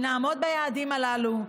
אם נעמוד ביעדים הללו,